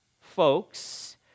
folks